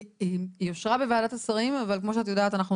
היא אושרה בוועדת השרים אבל כמו שאת יודעת אנחנו